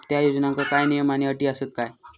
त्या योजनांका काय नियम आणि अटी आसत काय?